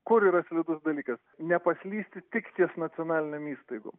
kur yra slidus dalykas nepaslysti tik ties nacionalinėm įstaigom